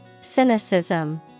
Cynicism